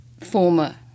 former